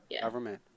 Government